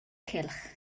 cylch